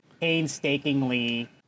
painstakingly